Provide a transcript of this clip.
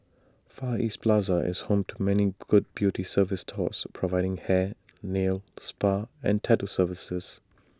far east plaza is home to many good beauty service stores providing hair nail spa and tattoo services